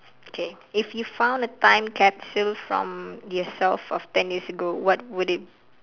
K if you found a time capsule from yourself of ten years ago what would it